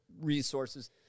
resources